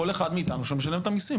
כל אחד מאיתנו שמשלם את המיסים,